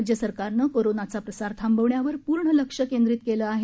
राज्य सरकारनं कोरोनाचा प्रसार थांबवण्यावर पूर्ण लक्ष केंद्रित केले आहे